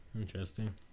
Interesting